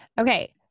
Okay